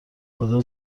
خدا